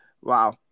wow